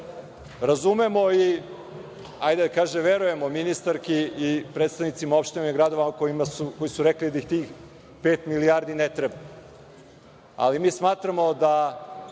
Razumemo i, hajde da kažem, verujemo ministarki i predstavnicima opština i gradova koji su rekli da im tih pet milijardi ne treba, ali smatramo da